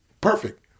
Perfect